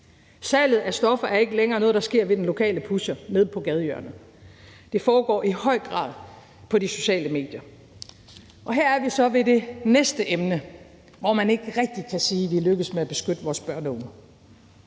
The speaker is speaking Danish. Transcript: Salget af stoffer er ikke længere noget, der sker ved den lokale pusher nede på gadehjørnet; det foregår i høj grad på de sociale medier. Og her er vi så ved det næste emne, hvor man ikke rigtig kan sige, at vi er lykkedes med at beskytte vores børn og